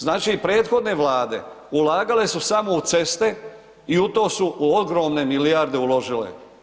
Znači, prethodne Vlade ulagale su samo u ceste i u to su ogromne milijarde uložile.